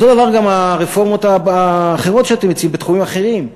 אותו דבר גם הרפורמות האחרות שאתם מציעים בתחומים אחרים,